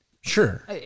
Sure